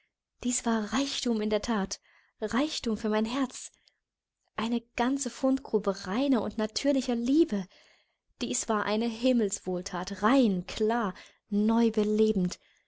dies war reichtum in der that reichtum für mein herz eine ganze fundgrube reiner und natürlicher liebe dies war eine himmelswohlthat rein klar neubelebend